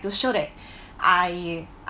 to show that I